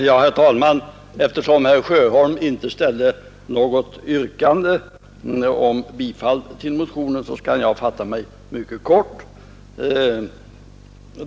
Herr talman! Eftersom herr Sjöholm inte ställde något yrkande om bifall till motionen, kan jag fatta mig mycket kort.